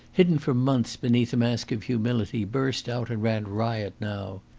hidden for months beneath a mask of humility, burst out and ran riot now.